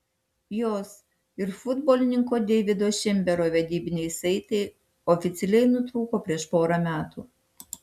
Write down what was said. jos ir futbolininko deivido šembero vedybiniai saitai oficialiai nutrūko prieš porą metų